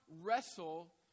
wrestle